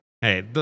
Hey